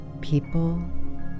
people